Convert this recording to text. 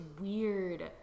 weird